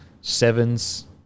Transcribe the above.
sevens